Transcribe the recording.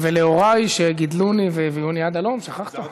ולהוריי שגידלוני והביאוני עד הלום, שכחת,